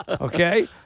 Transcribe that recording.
Okay